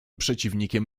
przeciwnikiem